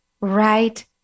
Right